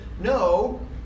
no